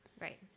Right